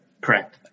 Correct